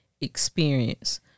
experience